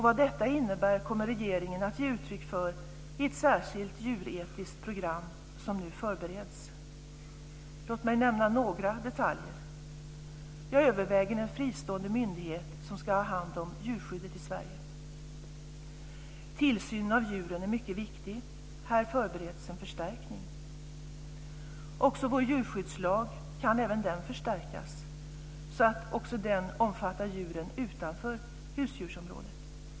Vad detta innebär kommer regeringen att ge uttryck för i ett särskilt djuretiskt program som nu förbereds. Låt mig nämna några detaljer. Jag överväger en fristående myndighet som ska ha hand om djurskyddet i Sverige. Tillsynen av djuren är mycket viktig. Här förbereds en förstärkning. Också vår djurskyddslag kan förstärkas, så att den också omfattar djuren utanför husdjursområdet.